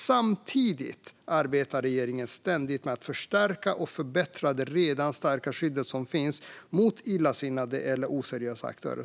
Samtidigt arbetar regeringen ständigt med att förstärka och förbättra det redan starka skydd som finns mot illasinnade eller oseriösa aktörer.